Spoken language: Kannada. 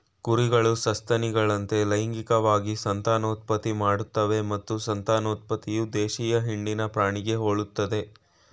ಕುರಿಗಳು ಸಸ್ತನಿಗಳಂತೆ ಲೈಂಗಿಕವಾಗಿ ಸಂತಾನೋತ್ಪತ್ತಿ ಮಾಡ್ತವೆ ಮತ್ತು ಸಂತಾನೋತ್ಪತ್ತಿಯು ದೇಶೀಯ ಹಿಂಡಿನ ಪ್ರಾಣಿಗೆ ಹೋಲ್ತದೆ